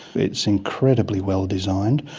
it's incredibly well designed.